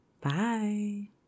Bye